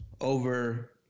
over